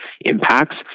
impacts